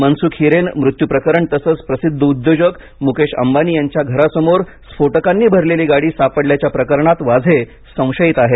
मनसुख हिरेन मृत्यू प्रकरण तसंच प्रसिद्ध उद्योजक मुकेश अंबानी यांच्या घरासमोर स्फोटकांनी भरलेली गाडी सापडल्याच्या प्रकरणात वाझे संशयित आहेत